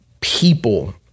people